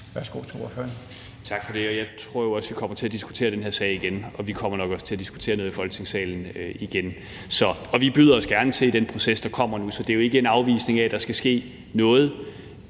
Peter Kofod (DF): Tak for det. Jeg tror jo også, vi kommer til at diskutere den her sag igen, og vi kommer nok også til at diskutere den nede i Folketingssalen igen. Vi byder os gerne til i den proces, der kommer nu, så det er jo ikke en afvisning af, at der skal ske noget.